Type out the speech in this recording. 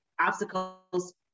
obstacles